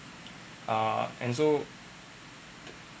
uh and so